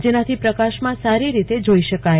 એનાથી પ્રકાશમાં સારો રોતે જોઈ શકાશે